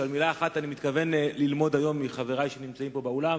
אבל מלה אחת אני מתכוון ללמוד מחברי שנמצאים פה באולם.